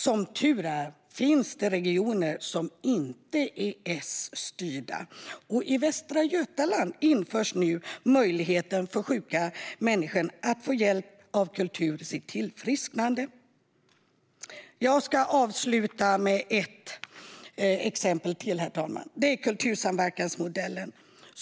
Som tur är finns det regioner som inte är S-styrda, och i Västra Götaland införs nu möjligheten för sjuka människor att få hjälp av kultur i sitt tillfrisknande. Herr talman! Låt mig avsluta med ännu ett exempel, kultursamverkansmodellen.